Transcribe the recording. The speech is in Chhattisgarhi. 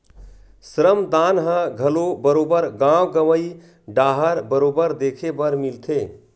श्रम दान ह घलो बरोबर गाँव गंवई डाहर बरोबर देखे बर मिलथे